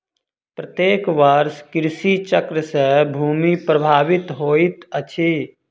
प्रत्येक वर्ष कृषि चक्र से भूमि प्रभावित होइत अछि